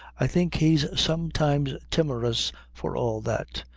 i think he's sometimes timorous for all that.